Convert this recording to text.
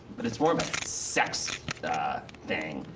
but it's more a sex thing,